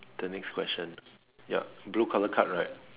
the next question ya blue color card right